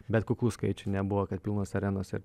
bet kuklių skaičių nebuvo kad pilnos arenos ir